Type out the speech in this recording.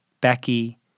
Becky